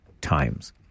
times